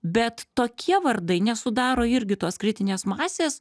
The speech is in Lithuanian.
bet tokie vardai nesudaro irgi tos kritinės masės